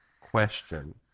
Question